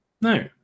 No